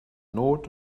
not